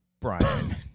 Brian